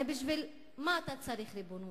הרי בשביל מה אתה צריך ריבונות?